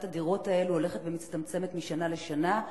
הדירות האלה הולכת ומצטמצמת משנה לשנה.